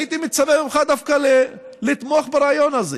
הייתי מצפה ממך דווקא לתמוך ברעיון הזה.